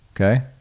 Okay